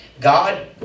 God